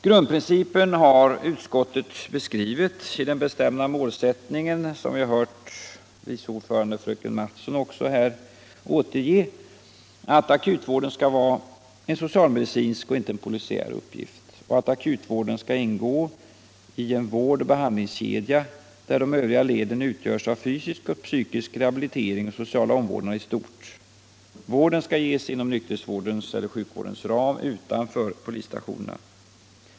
Grundprincipen har utskottet givit i den bestämda målsättningen - som vi har hört utskottets vice ordförande fröken Mattson återge — att akutvården skall vara en socialmedicinsk och inte en uppgift och att akutvården skall vara en socialmedicinsk och inte en polisiär uppgift och att akutvården skall ingå i en vård och behandlingskedja, där de övriga leden utgörs av fysisk och psykisk rehabilitering och social omvårdnad i stort. Vården skall ges inom nykterhetsvårdens eller sjukvårdens ram utanför polisstationerna.